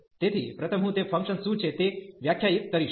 તેથી પ્રથમ હું તે ફંકશન શું છે તે વ્યાખ્યાયિત કરીશ